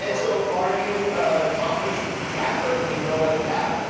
and so are you an accomplished tapper? do you know how to tap?